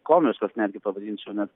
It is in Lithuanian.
komiškas netgi pavadinčiau nes